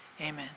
amen